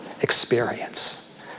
experience